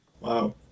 wow